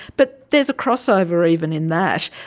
but there's a crossover even in that.